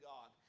God